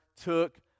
took